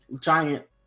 giant